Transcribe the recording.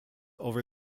over